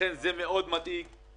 לכן זה מדאיג מאוד.